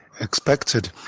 expected